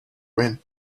when